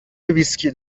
ویسکی